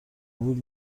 بود